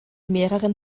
mehreren